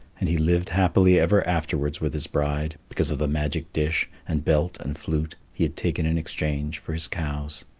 and he lived happy ever afterwards with his bride, because of the magic dish and belt and flute he had taken in exchange for his cows.